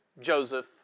Joseph